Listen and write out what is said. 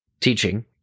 Teaching